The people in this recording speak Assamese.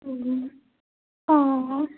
অঁ